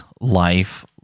life